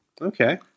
Okay